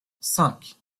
cinq